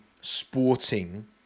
sporting